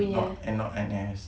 not not N_S